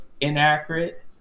inaccurate